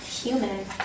human